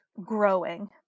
growing